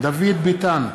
דוד ביטן,